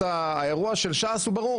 האירוע של ש"ס הוא ברור,